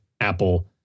apple